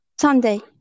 sunday